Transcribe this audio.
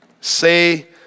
say